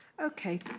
Okay